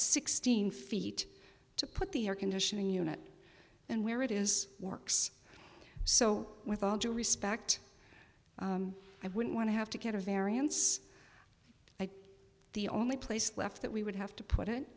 sixteen feet to put the air conditioning unit and where it is works so with all due respect i wouldn't want to have to get a variance the only place left that we would have to put it